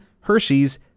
Hershey's